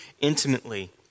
intimately